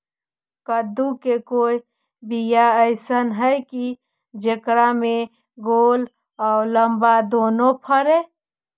कददु के कोइ बियाह अइसन है कि जेकरा में गोल औ लमबा दोनो फरे?